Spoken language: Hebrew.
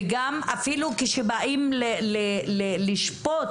אפילו כשבאים לשפוט,